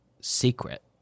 secret